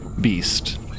beast